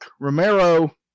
Romero